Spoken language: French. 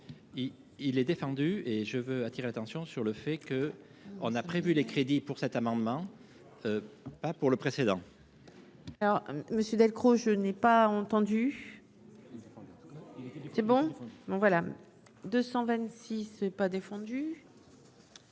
Il est défendu et je veux attirer l'attention sur le fait que on a prévu les crédits pour cet amendement, pas pour le précédent. Alors Monsieur Delcros. Pas entendu c'est bon, bon voilà 226 n'pas défendu,